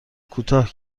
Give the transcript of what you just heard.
کوتاه